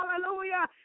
hallelujah